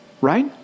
right